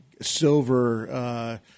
silver